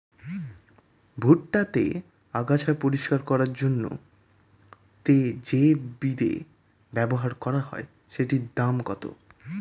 ভুট্টা তে আগাছা পরিষ্কার করার জন্য তে যে বিদে ব্যবহার করা হয় সেটির দাম কত?